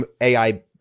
ai